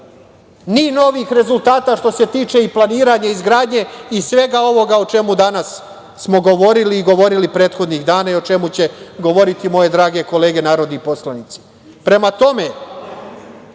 ni novih rezultata što se tiče i planiranja i izgradnje i svega ovoga o čemu smo danas govorili i govorili prethodnih dana i o čemu će govoriti moje drage kolege narodni poslanici. Prema tome,